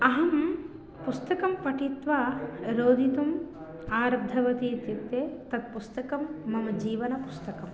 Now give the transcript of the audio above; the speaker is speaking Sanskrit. अहं पुस्तकं पठित्वा रोदितुम् आरब्धवती इत्युक्ते तत् पुस्तकं मम जीवनपुस्तकम्